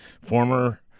former